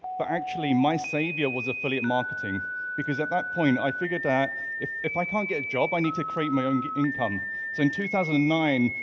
but actually my saviour was affiliate marketing because at that point, i figured that if if i can't get a job, i need to create my own income. so in two thousand and nine,